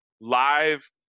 live